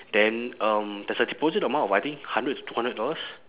then um there's a deposit amount I think hundred to two hundred dollars